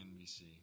NBC